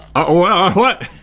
oh, what?